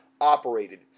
operated